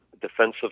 defensive